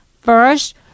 First